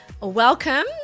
Welcome